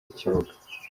ikibuga